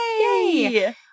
Yay